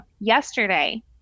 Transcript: yesterday